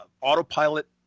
autopilot